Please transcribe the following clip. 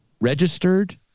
registered